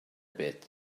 bit